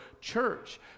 church